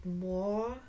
more